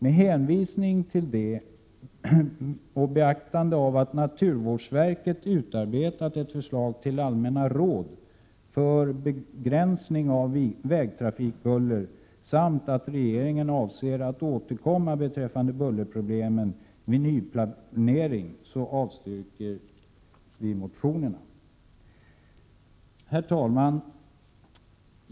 Med hänvisning till det och med beaktande av att naturvårdsverket utarbetat ett förslag till allmänna råd för begränsning av vägtrafikbuller samt med hänsyn till att regeringen avser att återkomma beträffande bullerproblemen vid nyplanering avstyrks motionerna. Herr talman!